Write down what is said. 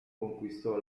conquistò